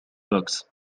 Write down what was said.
books